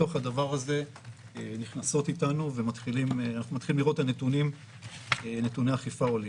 בתוך הדבר הזה ואנחנו מתחילים לראות את נתוני האכיפה עולים.